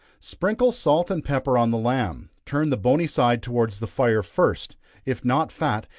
sprinkle salt and pepper on the lamb, turn the bony side towards the fire first if not fat,